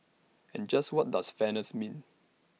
and just what does fairness mean